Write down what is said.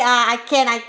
ah I can I